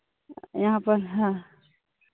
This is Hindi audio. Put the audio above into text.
यहाँ पर हाँ